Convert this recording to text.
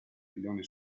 filone